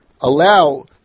allow